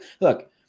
look